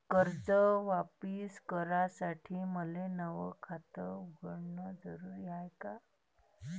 कर्ज वापिस करासाठी मले नव खात उघडन जरुरी हाय का?